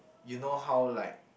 you know how like